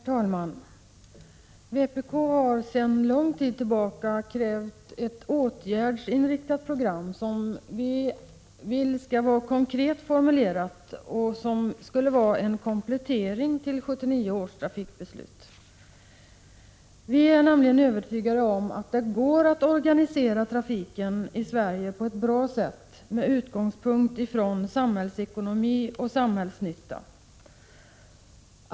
Herr talman! Vpk har sedan länge krävt ett åtgärdsinriktat program, konkret formulerat, som en komplettering till 1979 års trafikbeslut. Vi är övertygade om att det går att organisera trafiken i Sverige på ett bra sätt med utgångspunkt från samhällsekonomi och samhällsnytta.